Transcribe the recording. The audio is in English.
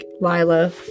Lila